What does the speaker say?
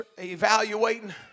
evaluating